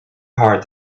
heart